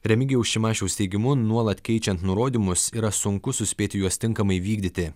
remigijaus šimašiaus teigimu nuolat keičiant nurodymus yra sunku suspėti juos tinkamai vykdyti